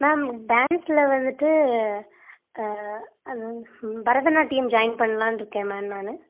ma'am டான்ஸில் வந்துட்டு க அது வந்து பரதநாட்டியம் ஜாயின் பண்ணலான்னுருக்கேன் மேம் நான்